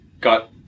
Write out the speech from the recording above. Got